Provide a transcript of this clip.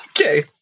Okay